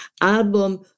Album